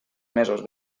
mesos